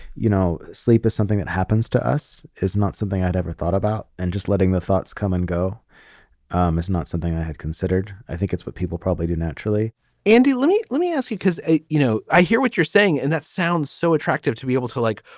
you know, sleep is something that happens to us is not something i'd ever thought about. and just letting the thoughts come and go um is not something i had considered. i think it's what people probably do naturally andy, let me let me ask you, because, you know, i hear what you're saying, and that sounds so attractive to be able to, like,